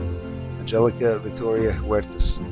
angelica victoria huertas.